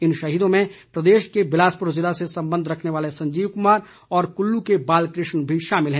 इन शहीदों में प्रदेश के बिलासपुर जिले से संबंध रखने वाले संजीव कुमार और कुल्लू के बालकृष्ण भी शामिल है